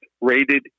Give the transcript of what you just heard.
rated